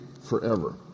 forever